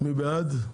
מי בעד ההסתייגות?